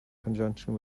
conjunction